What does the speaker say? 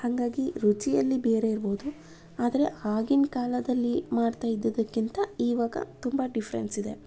ಹಾಗಾಗಿ ರುಚಿಯಲ್ಲಿ ಬೇರೆ ಇರ್ಬೋದು ಆದರೆ ಆಗಿನ ಕಾಲದಲ್ಲಿ ಮಾಡ್ತಾ ಇದ್ದಿದ್ದಕ್ಕಿಂತ ಇವಾಗ ತುಂಬ ಡಿಫ್ರೆನ್ಸ್ ಇದೆ